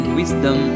wisdom